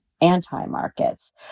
anti-markets